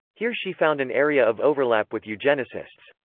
here she found an area of overlap with eugenicists.